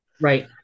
right